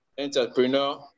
entrepreneur